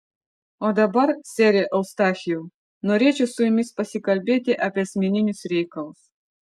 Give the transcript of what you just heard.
o dabar sere eustachijau norėčiau su jumis pasikalbėti apie asmeninius reikalus